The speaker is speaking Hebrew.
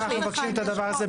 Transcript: לכן אנחנו מבקשים את הדבר הזה,